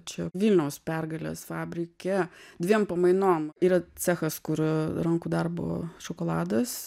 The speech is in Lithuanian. čia vilniaus pergalės fabrike dviem pamainom yra cechas kur rankų darbo šokoladas